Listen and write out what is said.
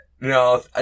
No